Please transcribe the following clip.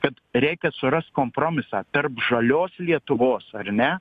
kad reikia surast kompromisą tarp žalios lietuvos ar ne